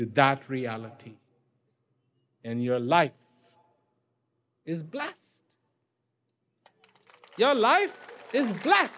that reality and your life is black your life is gla